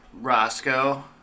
Roscoe